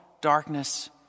darkness